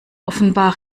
offenbar